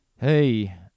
Hey